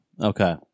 Okay